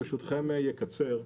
ברשותכם, אני אקצר בדבריי.